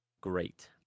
great